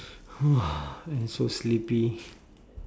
I'm so sleepy